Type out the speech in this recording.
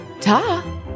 Ta